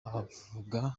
avuga